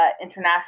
international